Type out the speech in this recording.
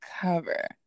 cover